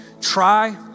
Try